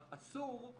האסור,